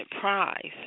prize